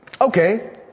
Okay